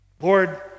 Lord